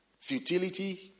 Futility